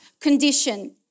condition